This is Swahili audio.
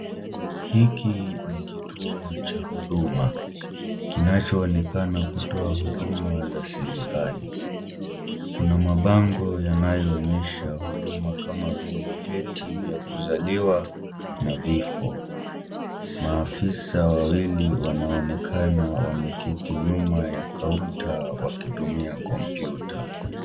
`Hiki ni kituo cha huduma kinachoonekana kutoa huduma za serikali. Kuna mabango yanayoonyesha huduma kama vile vyeti vya kuzaliwa na vifo. Maafisa wawili wanaonekana wameketi nyuma ya counter wakitumia kompyuta.